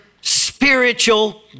spiritual